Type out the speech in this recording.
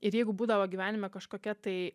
ir jeigu būdavo gyvenime kažkokia tai